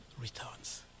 returns